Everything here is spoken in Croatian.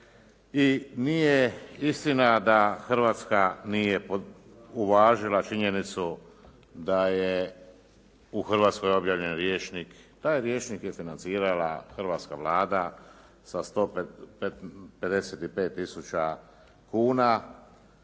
i nije istina da Hrvatska nije uvažila činjenicu da je u Hrvatskoj objavljen rječnik. Taj rječnik je financirala Hrvatska Vlada sa 155 tisuća kuna,